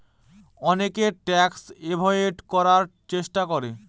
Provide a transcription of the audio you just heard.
অনেকে tax avoid করার চেষ্টা করে